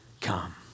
come